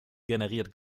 generiert